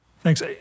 Thanks